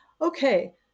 Okay